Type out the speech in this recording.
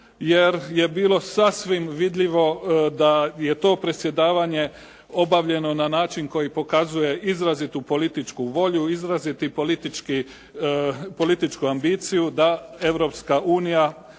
jer je bilo sasvim vidljivo da je to predsjedavanje obavljeno na način koji pokazuje izrazitu političku volju, izrazitu političku ambiciju da Europska unija